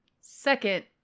Second